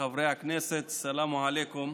זה פלא, ארבעה חברי כנסת מכחול לבן הצביעו נגד: